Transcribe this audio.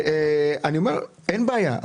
אין בעיה,